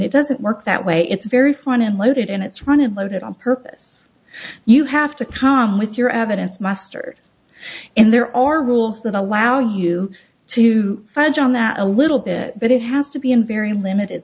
it doesn't work that way it's very front end loaded and it's run it loaded on purpose you have to come with your evidence mustered and there are rules that allow you to fudge on that a little bit but it has to be in very limited